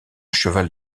cheval